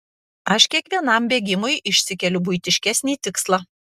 aš kiekvienam bėgimui išsikeliu buitiškesnį tikslą